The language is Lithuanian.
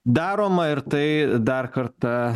daroma ir tai dar kartą